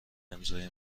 امضای